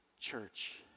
church